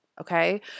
Okay